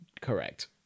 correct